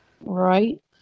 Right